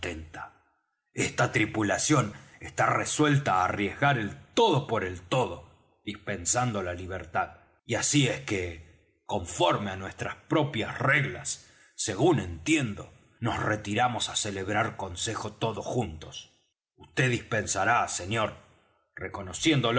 esta tripulación está resuelta á arriesgar el todo por el todo dispensando la libertad y así es que conforme á nuestras propias reglas según entiendo nos retiramos á celebrar consejo todos juntos vd dispensará señor reconociéndolo